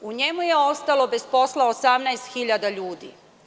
U njemu je ostalo bez posla 18.000 ljudi.